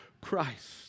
Christ